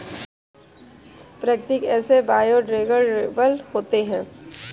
प्राकृतिक रेसे बायोडेग्रेडेबल होते है